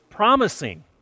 promising